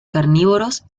carnívoros